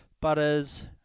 butters